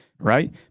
Right